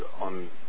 on